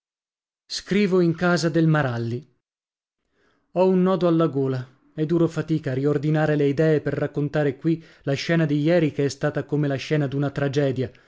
scrivo in casa del maralli ho un nodo alla gola e duro fatica a riordinare le idee per raccontare qui la scena di ieri che è stata come la scena d'una tragedia